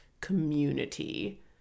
community